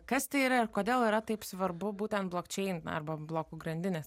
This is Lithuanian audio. kas tai yra ir kodėl yra taip svarbu būtent blokčein arba blokų grandinės